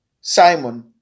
Simon